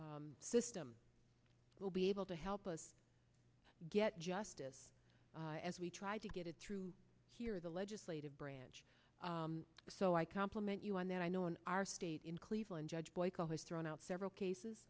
system will be able to help us get justice as we try to get it through here the legislative branch so i compliment you on that i know in our state in cleveland judge boyko has thrown out several cases